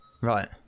Right